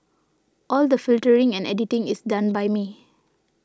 all the filtering and editing is done by me